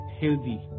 healthy